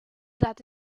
that